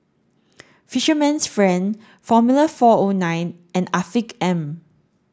Fisherman's friend Formula four O nine and Afiq M